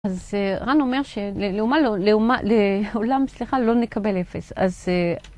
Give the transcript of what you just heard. אז רן אומר שלעולם סליחה לא נקבל אפס